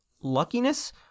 luckiness